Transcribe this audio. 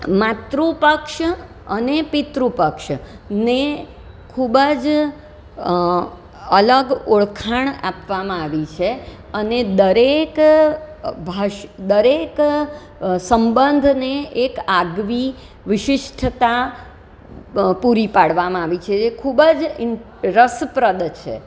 માતૃપક્ષ અને પિતૃપક્ષ ને ખૂબ જ અલગ ઓળખાણ આપવામાં આવી છે અને દરેક ભાષી દરેક સંબંધને એક આગવી વિશિષ્ટતા પૂરી પાડવામાં આવી છે એ ખૂબ જ રસપ્રદ છે